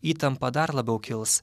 įtampa dar labiau kils